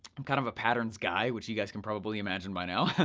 i'm kind of a patterns guy, which you guys can probably imagine by now,